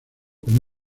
como